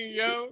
yo